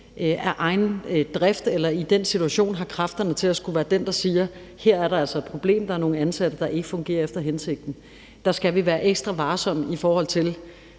af egen drift har kræfterne til at skulle være den, der siger, at der her er et problem med, at der er nogle ansatte, der ikke fungerer efter hensigten, skal være ekstra varsomme, i forhold til